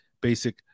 basic